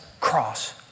cross